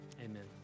amen